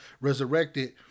resurrected